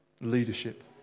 leadership